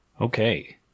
Okay